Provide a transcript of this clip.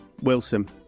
Wilson